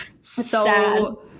so-